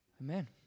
Amen